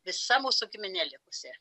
visa mūsų giminėj likusi